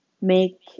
make